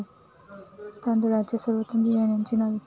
तांदळाच्या सर्वोत्तम बियाण्यांची नावे?